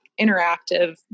interactive